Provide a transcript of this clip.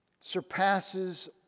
surpasses